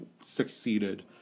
succeeded